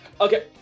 Okay